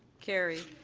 carried.